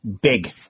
big